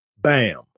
bam